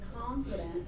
confident